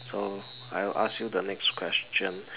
so I'll ask you the next question